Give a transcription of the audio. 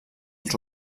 als